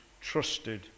trusted